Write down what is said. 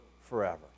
forever